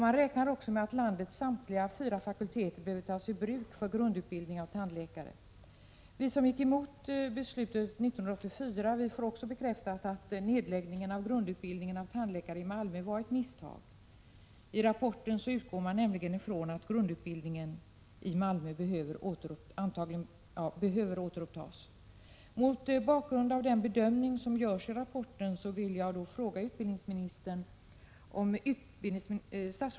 Man räknar också med att landets samtliga fyra fakulteter behöver tas i bruk för grundutbildning av tandläkare. Vi som gick emot det beslut som fattades 1984 får också bekräftat att nedläggningen av grundutbildningen av tandläkare i Malmö var ett misstag. I rapporten utgår man nämligen ifrån att grundutbildningen i Malmö behöver återupptas.